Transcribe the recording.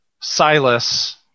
Silas